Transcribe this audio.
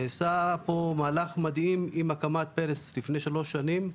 נעשה פה מהלך מדהים עם הקמת פלס לפני שלוש שנים.